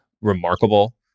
remarkable